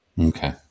Okay